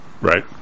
Right